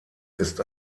ist